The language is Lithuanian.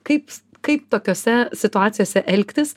kaip kaip tokiose situacijose elgtis